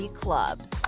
clubs